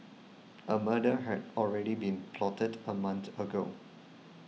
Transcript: a murder had already been plotted a month ago